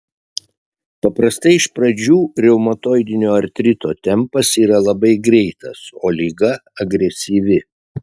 paprastai iš pradžių reumatoidinio artrito tempas yra labai greitas o liga agresyvi